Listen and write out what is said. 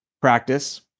Practice